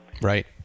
Right